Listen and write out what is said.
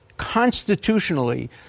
constitutionally